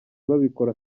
babikora